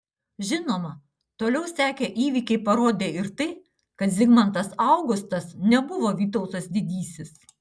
žinoma toliau sekę įvykiai parodė ir tai kad zigmantas augustas nebuvo vytautas didysis